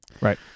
Right